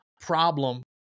problem